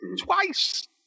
twice